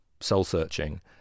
soul-searching